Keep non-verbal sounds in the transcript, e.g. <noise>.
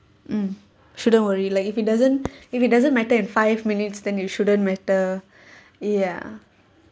mm shouldn't worry like if it doesn't <breath> if it doesn't matter in five minutes then you shouldn't matter <breath> ya